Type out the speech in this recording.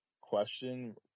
question